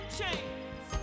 chains